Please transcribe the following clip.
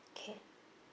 okay